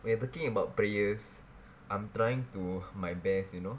we're talking about prayers I'm trying to my best you know